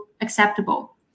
acceptable